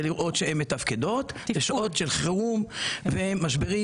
לראות שהן מתפקדות בשעות חירום ומשברים,